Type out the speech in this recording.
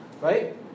right